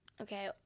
Okay